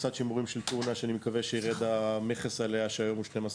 קופסת שימורים של טונה שאני מקווה שיירד המכס עליה שהיום הוא 12%,